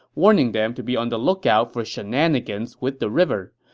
warning them to be on the lookout for shenanigans with the river.